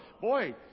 Boy